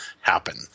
happen